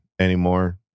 anymore